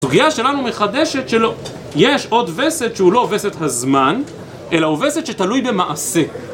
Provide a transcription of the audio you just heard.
סוגיה שלנו מחדשת שיש עוד וסת שהוא לא וסת הזמן, אלא הוא וסת שתלוי במעשה